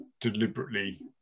deliberately